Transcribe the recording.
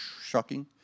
shocking